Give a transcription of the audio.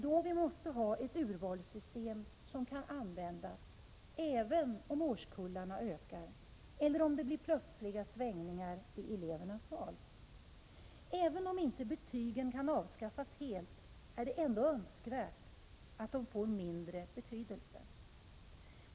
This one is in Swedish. Då måste urvalssystemet vara sådant att det kan användas även om årskullarna ökar eller om det blir plötsliga svängningar i elevernas val. Även om inte betygen kan avskaffas helt är det ändå önskvärt att de får mindre betydelse.